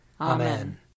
Amen